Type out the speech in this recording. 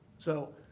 so,